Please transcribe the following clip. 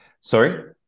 Sorry